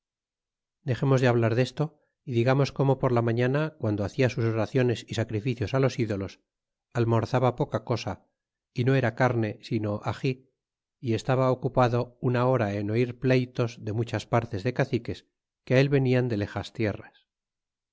dexemos de hablar desto y digamos como por la mañana guando hacia sus oraciones y sacrificios á los ídolos almorzaba poca cosa é no era carne sino agi y estaba ocupado una hora en oir pleytos de muchas partes de caciques que á él venian dé lejas tierras